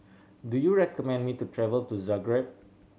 do you recommend me to travel to Zagreb